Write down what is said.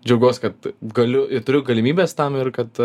džiaugiuos kad galiu ir turiu galimybes tam ir kad